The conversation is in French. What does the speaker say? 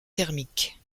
thermique